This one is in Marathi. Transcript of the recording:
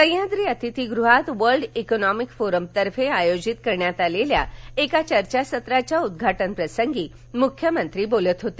सह्याद्री अतिथीगृहात वर्ल्ड इकॉनॉमिक फोरमतर्फे आयोजित करण्यात आलेल्या चर्चासत्राच्या उद्घाटन प्रसंगी मुख्यमंत्री बोलत होते